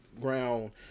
ground